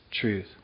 truth